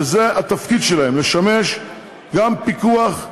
שזה התפקיד שלהן לשמש גם פיקוח,